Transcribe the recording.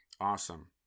Awesome